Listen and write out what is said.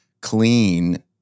clean